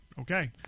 Okay